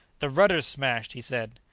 the rudder's smashed, he said.